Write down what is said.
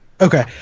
Okay